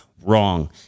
Wrong